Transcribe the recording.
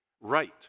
right